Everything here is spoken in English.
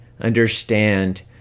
understand